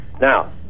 Now